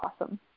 awesome